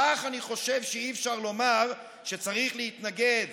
כך אני חושב שאי-אפשר לומר שצריך להתנגד